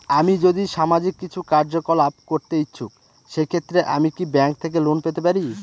আমি যদি সামাজিক কিছু কার্যকলাপ করতে ইচ্ছুক সেক্ষেত্রে আমি কি ব্যাংক থেকে লোন পেতে পারি?